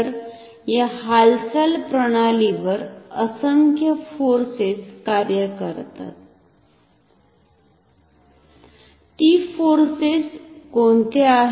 तर या हालचाल प्रणालीवर असंख्य फोर्सेस कार्य करतात ती फोर्सेस कोणत्या आहेत